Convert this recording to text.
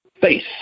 face